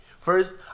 first